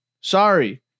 Sorry